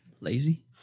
lazy